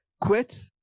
quit